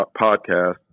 podcast